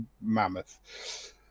mammoth